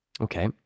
Okay